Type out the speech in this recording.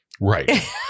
Right